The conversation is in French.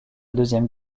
deuxième